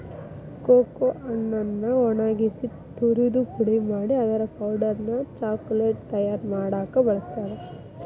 cocoa ಹಣ್ಣನ್ನ ಒಣಗಿಸಿ ತುರದು ಪುಡಿ ಮಾಡಿ ಅದರ ಪೌಡರ್ ಅನ್ನ ಚಾಕೊಲೇಟ್ ತಯಾರ್ ಮಾಡಾಕ ಬಳಸ್ತಾರ